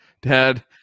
Dad